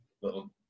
little